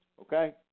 okay